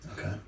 Okay